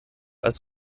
als